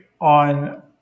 on